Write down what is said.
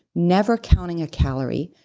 never counting a calorie,